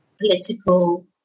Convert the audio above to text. political